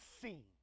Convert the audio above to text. seen